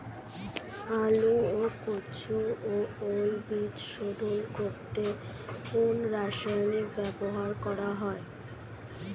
আলু ও কচু ও ওল বীজ শোধন করতে কোন রাসায়নিক ব্যবহার করা হয়?